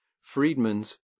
Friedman's